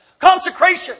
consecration